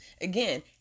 again